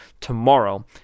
tomorrow